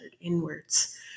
inwards